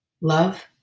Love